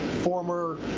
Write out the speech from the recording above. former